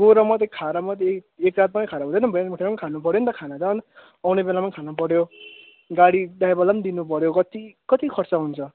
गएर मात्रै खाएर मात्रै एक रात पनि खानु हुँदैन बिहान उठेर खानु पऱ्यो नि त खाना त अन्त आउने बेलामा पनि खानु पऱ्यो गाडी ड्राइभरलाई पनि त दिनु पऱ्यो कति कति खर्च हुन्छ